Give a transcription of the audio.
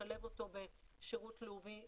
לשלב אותו בשירות לאומי,